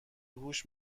هوش